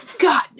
God